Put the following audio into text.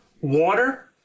water